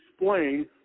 explain